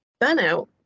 burnout